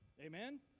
Amen